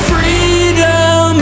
Freedom